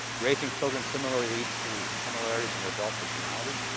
raising children similarly leads to similarities in their adult personalities.